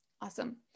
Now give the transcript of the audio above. Awesome